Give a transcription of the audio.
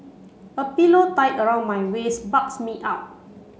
a pillow tied around my waist bulks me up